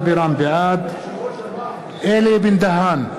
בעד אלי בן-דהן,